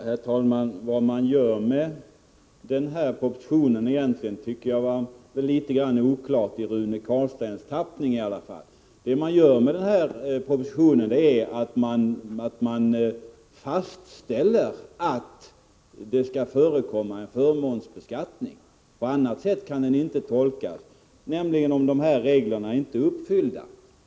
Herr talman! Innehållet i denna proposition blev något oklart i Rune Carlsteins tappning. I propositionen fastställs att det skall införas en förmånsbeskattning om reglerna inte är uppfyllda. På annat sätt kan propositionen inte tolkas.